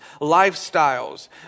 lifestyles